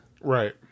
Right